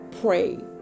pray